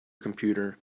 computer